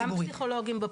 גם פסיכולוגים.